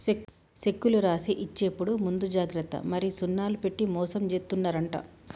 సెక్కులు రాసి ఇచ్చేప్పుడు ముందు జాగ్రత్త మరి సున్నాలు పెట్టి మోసం జేత్తున్నరంట